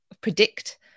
predict